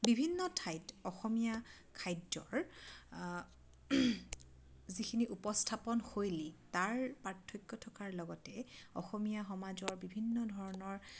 বিভিন্ন ঠাইত অসমীয়া খাদ্যৰ যিখিনি উপস্থাপনশৈলী তাৰ পাৰ্থক্য থকাৰ লগতে অসমীয়া সমাজৰ বিভিন্ন ধৰণৰ